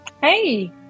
Hey